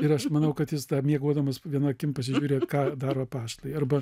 ir aš manau kad jis miegodamas viena akim pasižiūri ką daro apaštalai arba